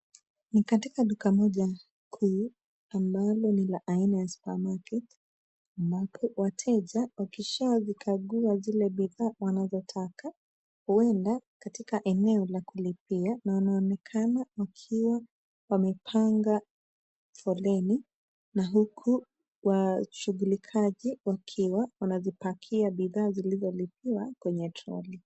Ni katika duka moja kuu ambalo ni la aina ya supermarket ambapo wateja wakishazikagua zile bidhaa wanazotaka, huenda katika eneo la kulipia na wanaonekana wakiwa wamepanga foleni na huku washughulikaji wakiwa wanazipakia bidhaa zilizolipiwa kwenye toroli.